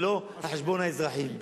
ולא על חשבון האזרחים.